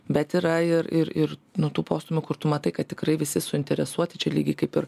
bet yra ir ir ir nu tų posmūmių kur tu matai kad tikrai visi suinteresuoti čia lygiai kaip ir